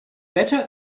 better